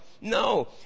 No